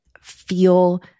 feel